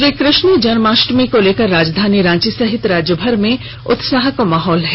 श्रीकृष्ण जन्माष्टमी को लेकर राजधानी रांची सहित राज्यभर में उत्साह का माहौल है